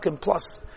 plus